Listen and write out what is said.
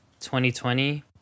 2020